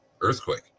Earthquake